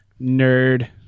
nerd